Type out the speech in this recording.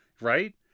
Right